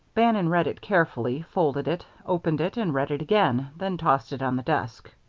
bannon read it carefully, folded it, opened it and read it again, then tossed it on the desk.